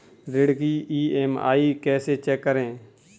ऋण की ई.एम.आई कैसे चेक करें?